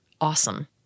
awesome